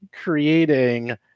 creating